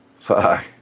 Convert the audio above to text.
Fuck